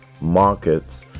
markets